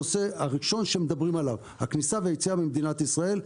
הנושא הראשון שמדברים עליו: הכניסה והיציאה ממדינת ישראל.